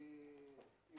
אני